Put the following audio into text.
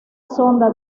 sonda